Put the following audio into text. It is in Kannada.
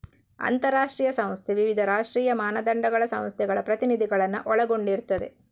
ಅಂತಾರಾಷ್ಟ್ರೀಯ ಸಂಸ್ಥೆ ವಿವಿಧ ರಾಷ್ಟ್ರೀಯ ಮಾನದಂಡಗಳ ಸಂಸ್ಥೆಗಳ ಪ್ರತಿನಿಧಿಗಳನ್ನ ಒಳಗೊಂಡಿರ್ತದೆ